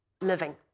living